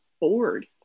bored